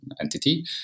entity